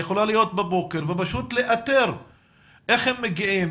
היא יכולה להיות בבוקר ופשוט לאתר איך הם מגיעים,